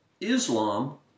Islam